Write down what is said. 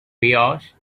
pious